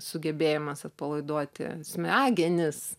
sugebėjimas atpalaiduoti smegenis